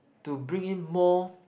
to bring in more